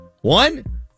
One